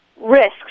risks